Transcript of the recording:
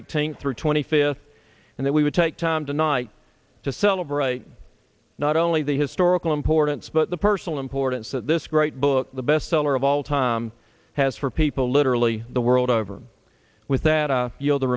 eighteenth through twenty fifth and that we would take time tonight to celebrate not only the historical importance but the personal importance that this great book the bestseller of all time has for people literally the world over with that you